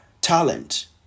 talent